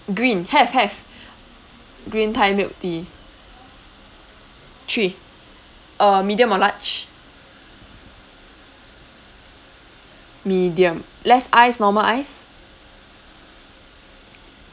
green have have green thai milk tea three uh medium or large medium less ice normal ice